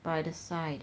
by the side